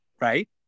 Right